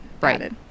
Right